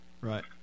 right